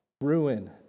ruin